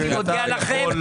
אני מודיע לכם,